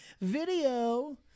video